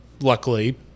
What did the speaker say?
luckily